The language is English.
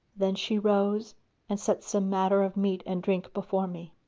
then she rose and set some matter of meat and drink before me.